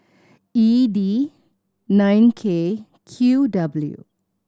E D nine K Q W